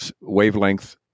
wavelength